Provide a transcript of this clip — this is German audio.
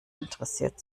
interessiert